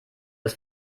ist